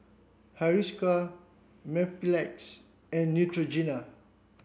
Hiruscar Mepilex and Neutrogena